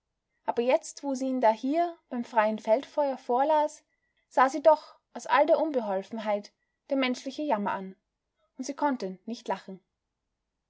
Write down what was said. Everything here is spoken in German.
aber jetzt wo sie ihn dahier beim freien feldfeuer vorlas sah sie doch aus all der unbeholfenheit der menschliche jammer an und sie konnte nicht lachen